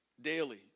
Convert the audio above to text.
daily